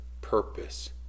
purpose